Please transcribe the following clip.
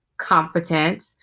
competent